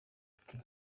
ati